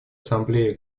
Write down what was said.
ассамблея